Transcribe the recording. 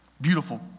beautiful